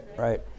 right